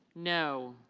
no.